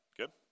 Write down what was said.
good